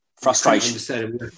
Frustration